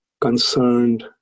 concerned